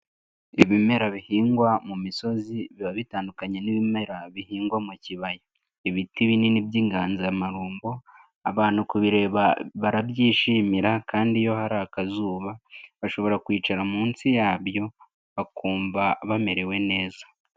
Ibimera bihingwa mu misozi biba bitandukanye n'ibimera bihingwa mu kibaya, ibiti binini by'inganzamarumbo abantu kubireba barabyishimira kandi iyo hari akazuba bashobora kwicara munsi yabyo, bakumva bamerewe neza.